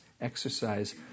exercise